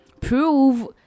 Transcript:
prove